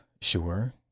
sure